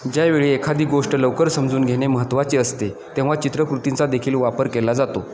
ज्यावेळी एखादी गोष्ट लवकर समजून घेने महत्त्वाचे असते तेव्हा चित्रकृतींचा देखील वापर केला जातो